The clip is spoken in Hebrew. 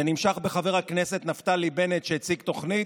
זה נמשך בחבר הכנסת נפתלי בנט, שהציג תוכנית,